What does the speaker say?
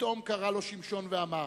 ופתאום קרא לו שמשון ואמר: